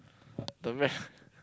the ma~